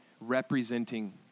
representing